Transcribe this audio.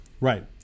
Right